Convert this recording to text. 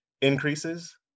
increases